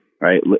right